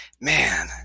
Man